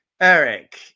Eric